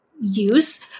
use